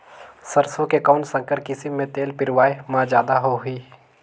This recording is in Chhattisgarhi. सरसो के कौन संकर किसम मे तेल पेरावाय म जादा होही?